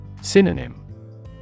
Synonym